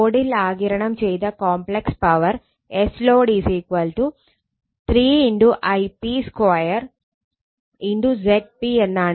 ലോഡിൽ ആഗിരണം ചെയ്ത complex power SLOAD 3 Ip 2 × Zp എന്നാണ്